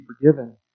forgiven